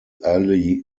ali